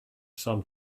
some